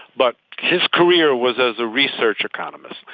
but his career was as a research economist.